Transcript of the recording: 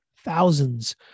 thousands